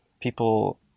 people